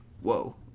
Whoa